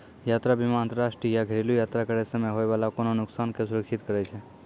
यात्रा बीमा अंतरराष्ट्रीय या घरेलु यात्रा करै समय होय बाला कोनो नुकसानो के सुरक्षित करै छै